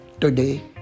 today